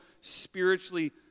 spiritually